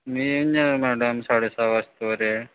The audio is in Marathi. मी येऊन जाणार मॅडम साडेसहा वाजता वरे